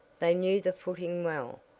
they knew the footing well,